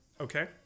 Okay